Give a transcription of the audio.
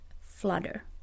flutter